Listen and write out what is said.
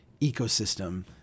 ecosystem